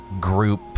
group